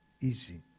easy